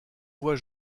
voit